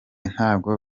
ntabwo